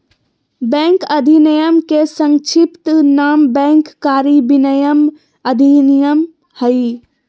bank अधिनयम के संक्षिप्त नाम बैंक कारी विनयमन अधिनयम हइ